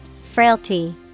Frailty